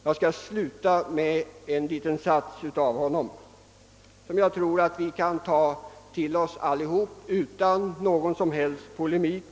Jag skall också sluta med några ord av honom, som vi alla kan anamma utan att det skall behöva föranleda någon inbördes polemik.